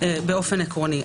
באופן עקרוני.